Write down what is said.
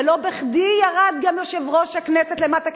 ולא בכדי ירד גם יושב-ראש הכנסת למטה,